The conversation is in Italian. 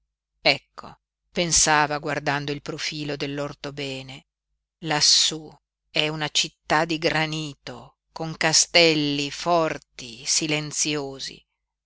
ecco pensava guardando il profilo dell'orthobene lassú è una città di granito con castelli forti silenziosi